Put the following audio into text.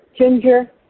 ginger